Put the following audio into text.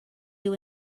you